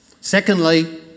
Secondly